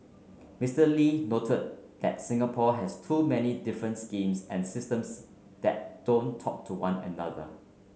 Mister Lee noted that Singapore has too many difference schemes and systems that don't talk to one another